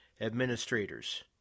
Administrators